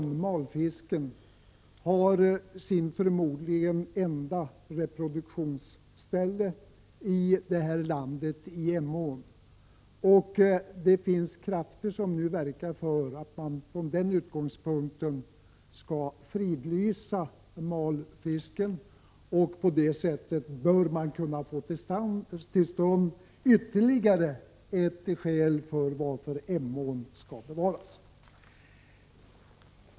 Malfisken har förmodligen sin enda reproduktionsplats i detta land i Emån. Det finns krafter som från den utgångspunkten nu verkar för att man skall fridlysa malen och på det sättet få ytterligare ett skäl till att Emån skall bevaras.